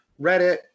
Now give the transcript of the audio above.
Reddit